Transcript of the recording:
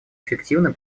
эффективно